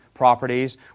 properties